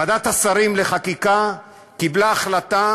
ועדת השרים לחקיקה קיבלה החלטה